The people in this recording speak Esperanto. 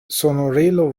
sonorilo